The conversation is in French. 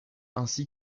ainsi